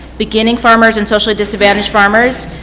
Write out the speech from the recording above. beginning farmers in socially disadvantaged farmers,